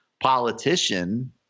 politician –